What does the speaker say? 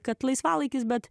kad laisvalaikis bet